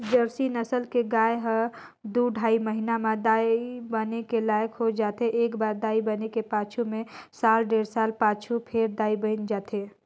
Jersey नसल के गाय ह दू ढ़ाई महिना म दाई बने के लइक हो जाथे, एकबार दाई बने के पाछू में साल डेढ़ साल पाछू फेर दाई बइन जाथे